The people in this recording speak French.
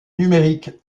numérique